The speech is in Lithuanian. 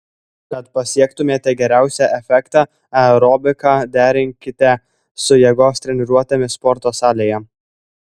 kad pasiektumėte geriausią efektą aerobiką derinkite su jėgos treniruotėmis sporto salėje